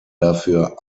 dafür